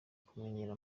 kumenyera